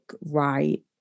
right